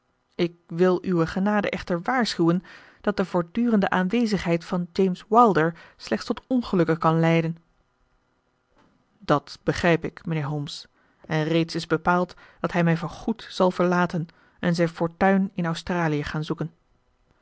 ik wil uwe genade echter waarschuwen dat de voortdurende aanwezigheid van james wilder slechts tot ongelukken kan leiden dat begrijp ik mijnheer holmes en reeds is bepaald dat hij mij voorgoed zal verlaten en zijn fortuin in australië gaan zoeken